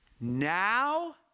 now